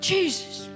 Jesus